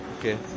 okay